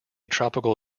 tropical